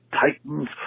Titans